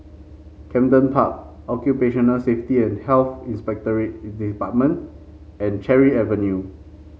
Camden Park Occupational Safety and Health Inspectorate Department and Cherry Avenue